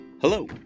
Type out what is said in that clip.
Hello